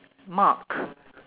mark